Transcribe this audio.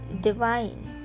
divine